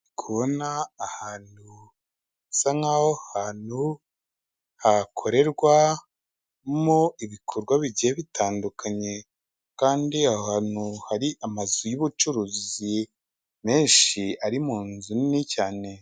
Kubona ahantu hasa nkaho aho hantu hakorerwamo ibikorwa bigiye bitandukanye, kandi ahantu hari amazu y'ubucuruzi menshi ari mu nzu nini cyane.